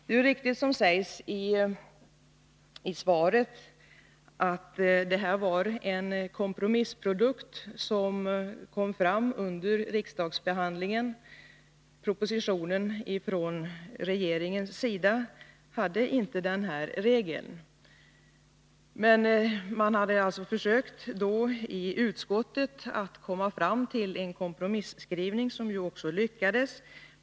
Det är riktigt som det sägs i svaret: att det här var en kompromissprodukt som kom fram under riksdagsbehandlingen. Propositionen från regeringen hade inte den här regeln. Man försökte alltså i utskottet komma fram till en kompromisskrivning, vilket ju också lyckades.